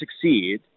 succeed –